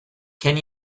can